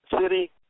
City